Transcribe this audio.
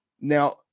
Now